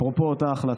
אפרופו אותה החלטה,